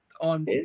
on